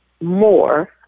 more